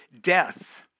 death